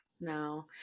no